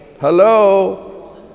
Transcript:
hello